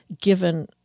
given